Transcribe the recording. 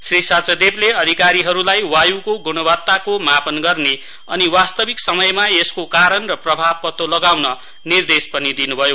श्री सचदेवले अधिकारीहरूलाई वायुको गुणवत्ताको मापन गर्ने अनि वास्तविक समयमा यसको कारण र प्रभाव पत्तो लगाउन निर्देश पनि दिन्भयो